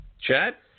chat